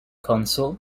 consul